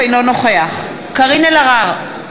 אינו נוכח קארין אלהרר,